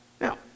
Now